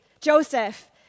Joseph